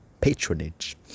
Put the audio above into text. patronage